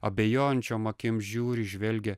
abejojančiom akim žiūri žvelgia